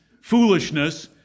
foolishness